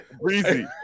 Breezy